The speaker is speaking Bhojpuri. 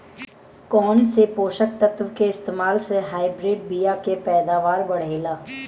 कौन से पोषक तत्व के इस्तेमाल से हाइब्रिड बीया के पैदावार बढ़ेला?